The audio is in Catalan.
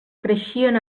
creixien